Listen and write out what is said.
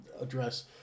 address